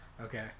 Okay